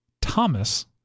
Thomas